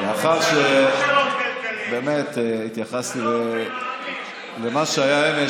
לאחר שבאמת התייחסתי למה שהיה אמש,